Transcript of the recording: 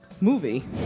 movie